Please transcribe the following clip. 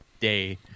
day